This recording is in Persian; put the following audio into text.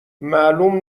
معلوم